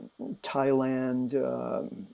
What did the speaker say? thailand